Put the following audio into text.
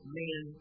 man